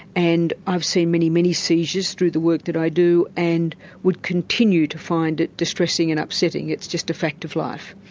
and i've seen many, many seizures through the work that i do and would continue to find it distressing and upsetting. it's just a fact of life.